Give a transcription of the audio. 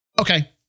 Okay